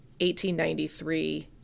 1893